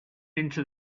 into